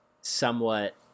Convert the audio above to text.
somewhat